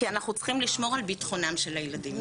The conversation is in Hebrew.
אנחנו צריכים לשמור על ביטחונם של הילדים,